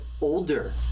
older